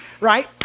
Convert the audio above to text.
right